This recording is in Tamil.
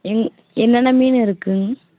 என் என்னென்ன மீன் இருக்குங்க